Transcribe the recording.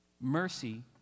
Mercy